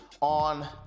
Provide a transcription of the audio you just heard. on